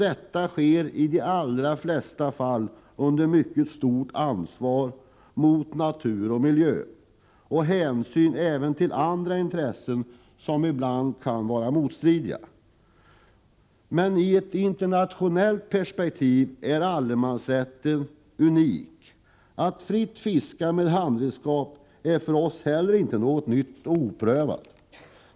Detta sker också i de allra flesta fall under mycket stort ansvarstagande för natur och miljö. Hänsyn tas också till intressen som kan gå i annan riktning. I ett internationellt perspektiv är allemansrätten unik. Att fritt fiska med handredskap är för oss heller inte något nytt och oprövat.